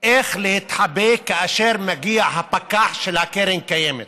איך להתחבא כאשר מגיע הפקח של קרן קיימת.